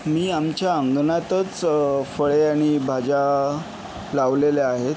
मी आमच्या अंगणातच फळे आणि भाज्या लावलेल्या आहेत